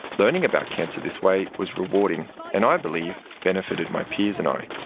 learning about cancer this way was rewarding and i believe benefited my peers and i.